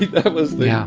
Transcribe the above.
that was the. yeah